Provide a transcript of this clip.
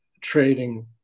trading